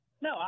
No